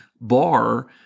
bar